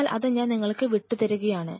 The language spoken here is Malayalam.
എന്നാൽ അത് ഞാൻ നിങ്ങള്ക്ക് വിട്ടു തരികയാണ്